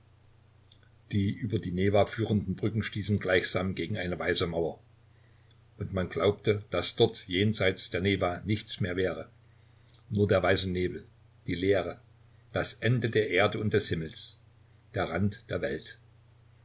die über die newa führenden brücken stießen gegen eine weiße mauer und man glaubte daß dort jenseits der newa nichts mehr sei nur der weiße nebel die leere das ende der erde und des himmels der rand der welt